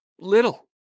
little